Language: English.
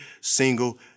single